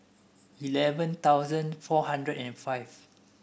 eleven thousand four hundred and five